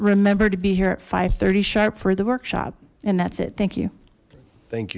remember to be here at five thirty sharp for the workshop and that's it thank you thank